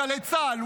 גלי צה"ל,